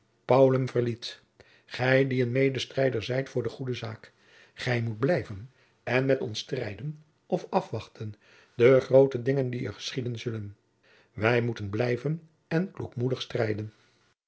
gij die een medestrijder zijt voor de goede zaak gij moet blijven en met ons strijden of afwachten de groote jacob van lennep de pleegzoon dingen die er geschieden zullen manendum est et